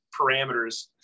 parameters